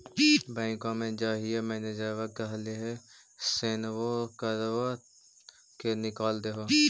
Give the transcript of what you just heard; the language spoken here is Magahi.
बैंकवा मे जाहिऐ मैनेजरवा कहहिऐ सैनवो करवा के निकाल देहै?